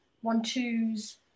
one-twos